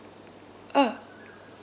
oh